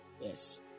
Yes